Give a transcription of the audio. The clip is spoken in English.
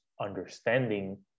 understanding